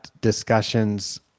discussions